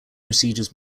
procedures